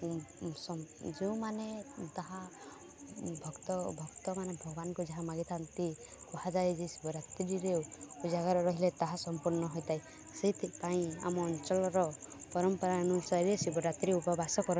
ଯେଉଁମାନେ ତାହା ଭକ୍ତ ଭକ୍ତମାନେ ଭଗବାନଙ୍କୁ ଯାହା ମାଗିଥାନ୍ତି କୁହାଯାଏ ଯେ ଶିବରାତ୍ରିରେ ଉଜାଗାର ରହିଲେ ତାହା ସମ୍ପୂର୍ଣ୍ଣ ହୋଇଥାଏ ସେଇଥିପାଇଁ ଆମ ଅଞ୍ଚଳର ପରମ୍ପରା ଅନୁସାରେ ଶିବରାତ୍ରି ଉପବାସ କରନ୍ତି